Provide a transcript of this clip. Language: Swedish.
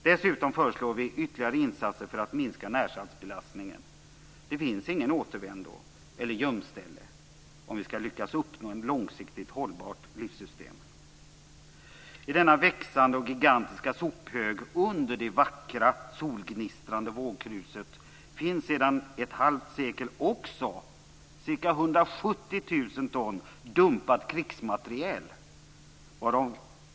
Dessutom föreslår vi ytterligare insatser för att minska närsaltsbelastningen. Det finns ingen återvändo och inget gömställe om vi skall lyckas uppnå ett långsiktigt hållbart livssystem. I denna växande och gigantiska sophög under det vackra, solgnistrande vågkruset finns sedan ett halvt sekel också ca 170 000 ton dumpat krigsmateriel.